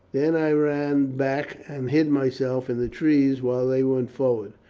then i ran back and hid myself in the trees while they went forward.